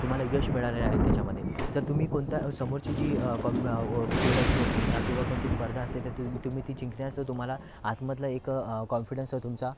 तुम्हाला यश मिळाले आहे त्याच्यामध्ये तर तुम्ही कोणता समोरची जी खेळ असतो किंवा कोणती स्पर्धा असते ते तु तुम्ही ती जिंकण्यास तुम्हाला आतमधला एक कॉन्फिडंस तुमचा